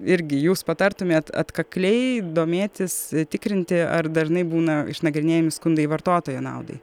irgi jūs patartumėt atkakliai domėtis tikrinti ar dažnai būna išnagrinėjami skundai vartotojo naudai